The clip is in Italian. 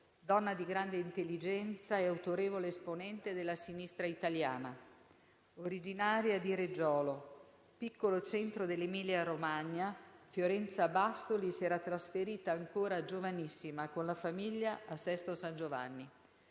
donna di grande intelligenza e autorevole esponente della sinistra italiana. Originaria di Reggiolo, piccolo centro dell'Emilia-Romagna, Fiorenza Bassoli si era trasferita ancora giovanissima con la famiglia a Sesto San Giovanni